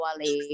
Wale